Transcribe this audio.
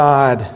God